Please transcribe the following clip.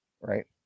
right